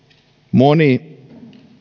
moni